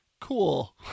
cool